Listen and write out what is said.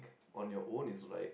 on your own is right